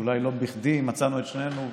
ואולי לא בכדי נמצאנו שנינו,